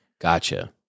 gotcha